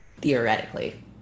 Theoretically